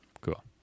Cool